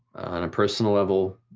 on a personal level,